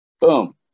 Boom